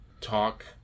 talk